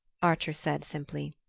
archer said simply.